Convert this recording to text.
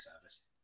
service